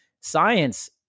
science